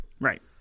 Right